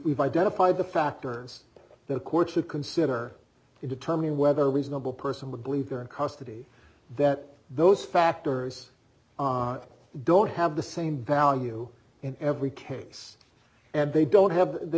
we identified the factors the courts should consider determining whether a reasonable person would believe they're in custody that those factors don't have the same value in every case and they don't have they